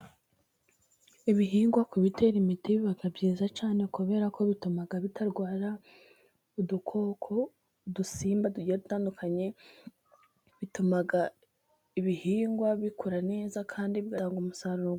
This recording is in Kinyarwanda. Ibihingwa ku bitera imiti biba byiza cyane kubera ko bituma bitarwara udukoko, udusimba tugiye dutandukanye, bituma ibihingwa bikura neza kandi bitanga umusaruro.